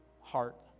heart